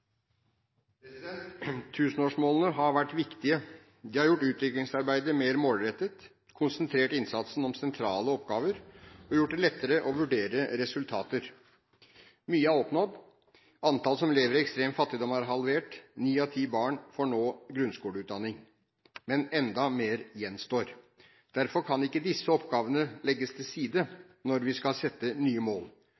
framover. Tusenårsmålene har vært viktige. De har gjort utviklingsarbeidet mer målrettet, konsentrert innsatsen om sentrale oppgaver, og gjort det lettere å vurdere resultater. Mye er oppnådd. Antallet som lever i ekstrem fattigdom, er halvert. Ni av ti barn får nå grunnskoleutdanning. Men enda mer gjenstår. Derfor kan ikke disse oppgavene legges til side